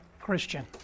Christian